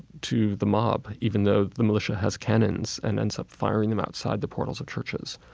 to the mob even though the militia has canons and ends up firing them outside the portals of churches.